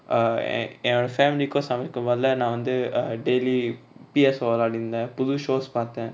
uh and என்னோட:ennoda family கு சமைக்கு போல நா வந்து:ku samaiku pola na vanthu err daily P_S four வெளயாடிட்டு இருந்த புது:velayaditu iruntha puthu shows பாத்த:patha